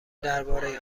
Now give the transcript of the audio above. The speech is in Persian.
درباره